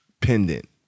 Pendant